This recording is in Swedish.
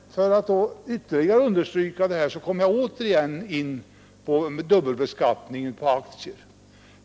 För att ytterligare understryka det kommer jag återigen in på dubbelbeskattningen på aktier.